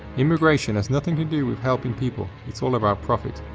immigration has nothing to do with helping people, it's all about profit.